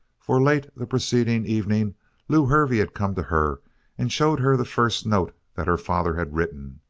for late the preceding evening lew hervey had come to her and showed her the first note that her father had written.